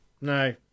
No